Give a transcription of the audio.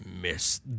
Miss